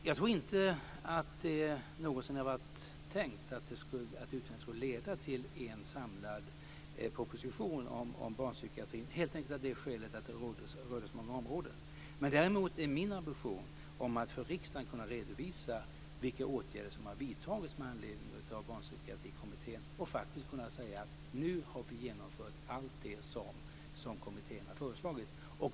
Jag tror inte att det var tänkt att utredningen skulle leda till en samlad proposition om barnpsykiatrin helt enkelt av det skälet att det rörde så många områden. Däremot är det min ambition att för riksdagen kunna redovisa vilka åtgärder som har vidtagits med anledning av Barnpsykiatrikommittén och faktiskt kunna säga att nu har vi genomfört allt det som kommittén har föreslagit.